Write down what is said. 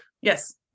Yes